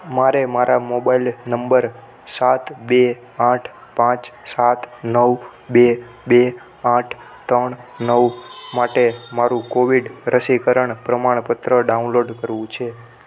મારે મારા mobile number સાત બે આઠ પાંચ સાત નવ બે બે આઠ ત્રણ નવ માટે મારું કોવિડ રસીકરણ પ્રમાણપત્ર ડાઉનલોડ કરવું છે